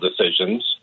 decisions